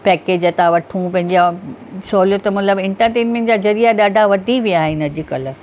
package था वठूं पंहिंजा सहूलियत मतलबु इंटरटेनमेंट जा ज़रिया ॾाढा वधी विया आहिनि अॼुकल्ह